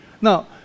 Now